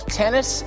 tennis